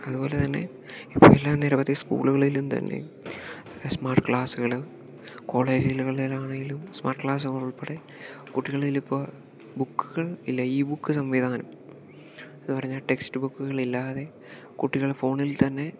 അതുപോലെത്തന്നെ ഇപ്പം എല്ലാ നിരവധി സ്കൂളുകളിലും തന്നെ സ്മാർട്ട് ക്ലാസ്സുകള് കോളേജിലുകളിലാണേലും സ്മാർട്ട് ക്ലാസ്സുകളുൾപ്പെടെ കുട്ടികളിലിപ്പോൾ ബുക്കുകൾ ഇല്ല ഈബുക്ക് സംവിധാനം എന്ന് പറഞ്ഞാൽ ടെക്സ്റ്റ്ബുക്കുകൾ ഇല്ലാതെ കുട്ടികൾ ഫോണിൽ തന്നെ